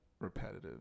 repetitive